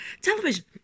television